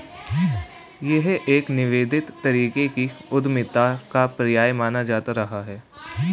यह एक निवेदित तरीके की उद्यमिता का पर्याय माना जाता रहा है